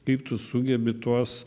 kaip tu sugebi tuos